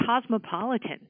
cosmopolitan